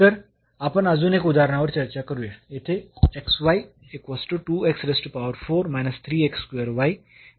तर आपण अजून एक उदाहरणावर चर्चा करूया येथे